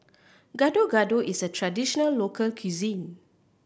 Gado Gado is a traditional local cuisine